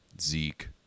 Zeke